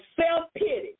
self-pity